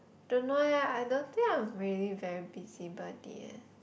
don't know eh I don't think I'm really very busybody eh